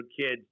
kids